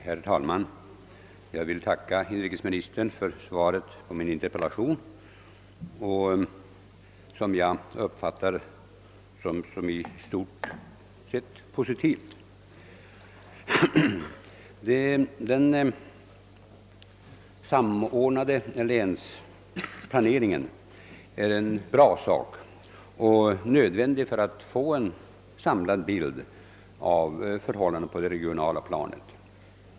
Herr talman! Jag tackar inrikesministern för svaret på min interpellation som jag uppfattar som i stort sett positivt. Den samordnade länsplaneringen är nödvändig för att ge oss en samlad bild av förhållandena på det regionala planet.